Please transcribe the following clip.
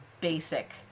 basic